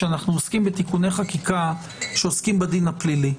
כשאנו עוסקים בתיקוני חקיקה שעוסקים בדין הפלילי.